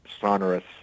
sonorous